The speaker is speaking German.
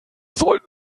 sollten